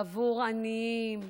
בעבור עניים,